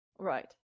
Right